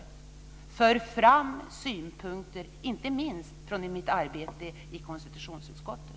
Jag för fram synpunkter inte minst med utgångspunkt i mitt arbete i konstitutionsutskottet.